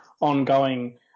ongoing